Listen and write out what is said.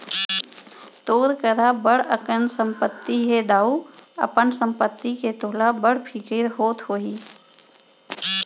तोर करा बड़ अकन संपत्ति हे दाऊ, अपन संपत्ति के तोला बड़ फिकिर होत होही